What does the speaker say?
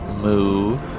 move